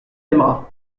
aimera